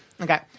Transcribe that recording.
Okay